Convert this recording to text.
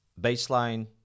baseline